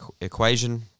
equation